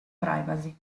privacy